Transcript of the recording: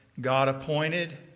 God-appointed